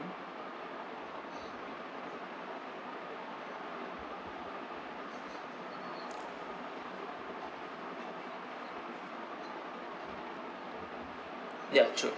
ya true